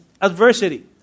adversity